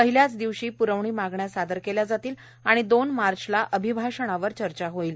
पहिल्याच दिवशी पुरावाणी मागण्या सादर केल्या जातील आणि दोन मार्चला अभिभाषणावर चर्चा होईल